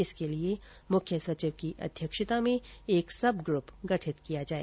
इसके लिए मुख्य सचिव की अध्यक्षता में एक सब ग्रेप गठित किया जाए